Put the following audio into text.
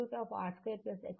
కాబట్టి θ tan 1 X R